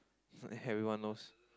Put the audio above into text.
everyone knows